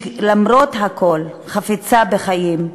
שלמרות הכול חפצה בחיים,